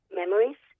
memories